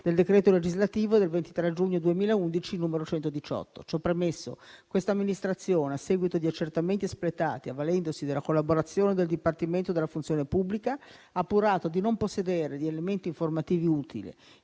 del decreto legislativo del 23 giugno 2011, n. 118. Ciò premesso, questa amministrazione, a seguito di accertamenti espletati, avvalendosi della collaborazione del Dipartimento della funzione pubblica, ha appurato di non possedere gli elementi informativi utili.